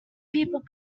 people